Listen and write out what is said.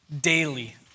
daily